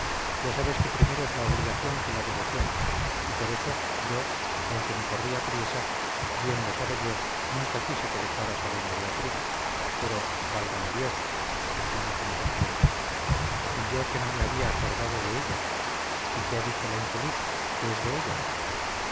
ya sabes que primero es la obligación que la devoción y por eso yo aunque me corría priesa bien lo sabe dios nunca quise que dejaras a doña beatriz pero válgame dios exclamó como sorprendido y yo que no me había acordado de ella y qué ha dicho la infeliz qué es de ella